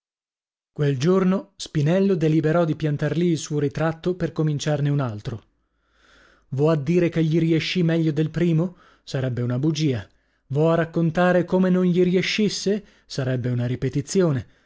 quel giorno spinello deliberò di piantar lì il suo ritratto per cominciarne un altro v'ho a dire che gli riescì meglio del primo sarebbe una bugia v'ho a raccontare come non gli riescisse sarebbe una ripetizione